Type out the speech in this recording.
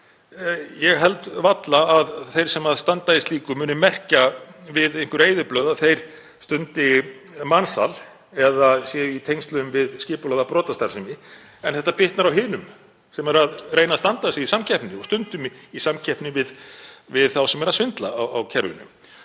Ég held varla að þeir sem standa í slíku muni merkja við á einhverjum eyðublöðum að þeir stundi mansal eða séu í tengslum við skipulagða brotastarfsemi. En þetta bitnar á hinum sem eru að reyna að standa sig í samkeppni, og stundum í samkeppni við þá sem eru að svindla á kerfinu.